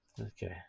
Okay